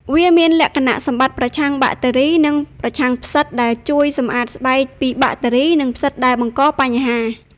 វាមានលក្ខណៈសម្បត្តិប្រឆាំងបាក់តេរី និងប្រឆាំងផ្សិត ដែលជួយសម្អាតស្បែកពីបាក់តេរី និងផ្សិតដែលបង្កបញ្ហា។